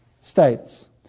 states